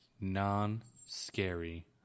non-scary